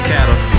Cattle